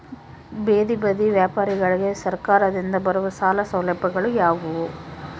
ಬೇದಿ ಬದಿ ವ್ಯಾಪಾರಗಳಿಗೆ ಸರಕಾರದಿಂದ ಬರುವ ಸಾಲ ಸೌಲಭ್ಯಗಳು ಯಾವುವು?